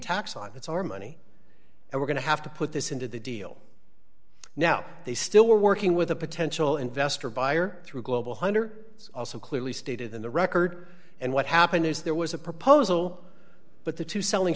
tax on it's our money and we're going to have to put this into the deal now they still are working with a potential investor buyer through global hunter also clearly stated in the record and what happened is there was a proposal but the two selling